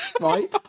right